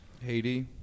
Haiti